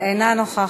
אינה נוכחת,